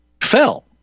fell